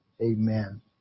Amen